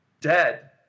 dead